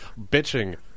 bitching